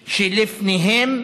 של אחת הדתות,